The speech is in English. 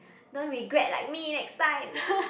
don't regret like me next time